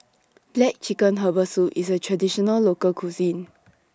Black Chicken Herbal Soup IS A Traditional Local Cuisine